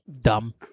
Dumb